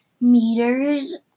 meters